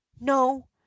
No